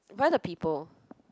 why the people